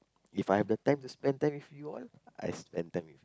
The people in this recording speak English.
If I have the time to spend time with you all I spend time with